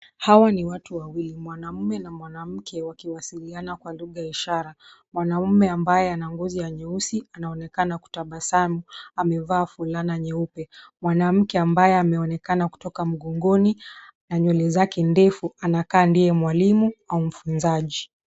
Hawa ni watu wawili mwanaume na mwanamke wakiwasiliana kwa lugha ya ishara. Mwanaume ambaye ana ngozi ya nyeusi anaonekana kutabasamu. Amevaa fulana nyeupe. Mwanamke ambaye ameonekana kutoka mgongoni ,na nywele zake ndefu anakaa ndiye mwalimu au mfunzaji.